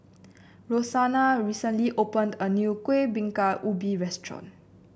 Roxanna recently opened a new Kuih Bingka Ubi restaurant